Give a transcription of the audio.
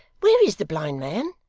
where is the blind man